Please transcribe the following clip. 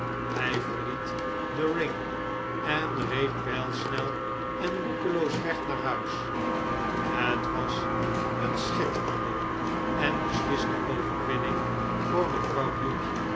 hij verliet the ring en reed pijlsnel en roekeloos weg naar huis het was een schitterende en besliste overwinning voor mevrouw bute